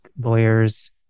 lawyers